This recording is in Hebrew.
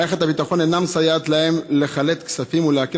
מערכת הביטחון אינה מסייעת להם לחלט כספים ולעקל